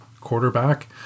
quarterback